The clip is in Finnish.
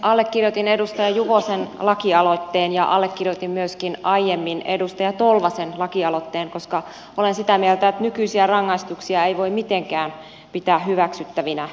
allekirjoitin edustaja juvosen lakialoitteen ja allekirjoitin myöskin aiemmin edustaja tolvasen laki aloitteen koska olen sitä mieltä että nykyisiä rangaistuksia ei voi mitenkään pitää hyväksyttävinä